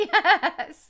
Yes